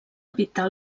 evitar